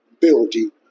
building